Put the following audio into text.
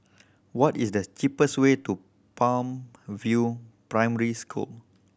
what is the cheapest way to Palm View Primary School